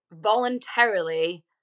voluntarily